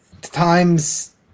times